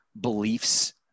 beliefs